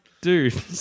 dude